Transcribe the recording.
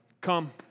come